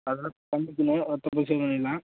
அதோடய பண்ணிக்கலாம் ரத்த பரிசோதனையெலாம்